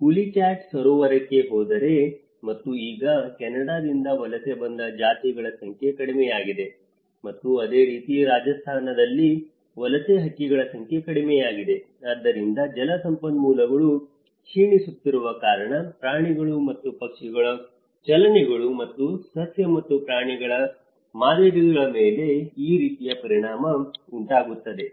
ಪುಲಿಕಾಟ್ ಸರೋವರಕ್ಕೆ ಹೋದರೆ ಮತ್ತು ಈಗ ಕೆನಡಾದಿಂದ ವಲಸೆ ಬಂದ ಜಾತಿಗಳ ಸಂಖ್ಯೆ ಕಡಿಮೆಯಾಗಿದೆ ಮತ್ತು ಅದೇ ರೀತಿ ರಾಜಸ್ಥಾನದಲ್ಲಿ ವಲಸೆ ಹಕ್ಕಿಗಳ ಸಂಖ್ಯೆ ಕಡಿಮೆಯಾಗಿದೆ ಆದ್ದರಿಂದ ಜಲಸಂಪನ್ಮೂಲಗಳು ಕ್ಷೀಣಿಸುತ್ತಿರುವ ಕಾರಣ ಪ್ರಾಣಿಗಳು ಮತ್ತು ಪಕ್ಷಿಗಳ ಚಲನೆಗಳು ಮತ್ತು ಸಸ್ಯ ಮತ್ತು ಪ್ರಾಣಿಗಳ ಮಾದರಿಗಳ ಮೇಲೆ ಈ ರೀತಿಯ ಪರಿಣಾಮ ಉಂಟಾಗುತ್ತದೆ